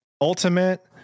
Ultimate